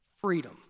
freedom